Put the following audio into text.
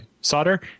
solder